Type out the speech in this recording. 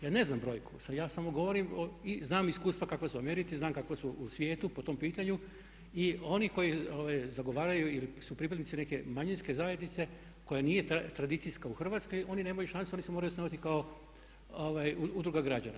Ja ne znam brojku, ja samo govorim i znam iskustva kakva su u Americi, znam kakav su u svijetu po tom pitanju i oni koji zagovaraju ili su pripadnici neke manjinske zajednice koja nije tradicijska u Hrvatskoj oni nemaju šanse, oni se moraju osnovati kao udruga građana.